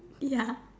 ya